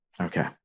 Okay